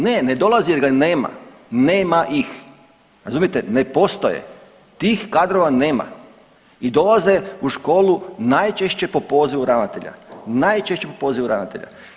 Ne, ne dolazi jer ga nema, nema ih razumijete, ne postoje, tih kadrova nema i dolaze u školu najčešće po pozivu ravnatelja, najčešće po pozivu ravnatelja.